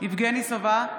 יבגני סובה,